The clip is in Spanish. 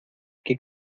que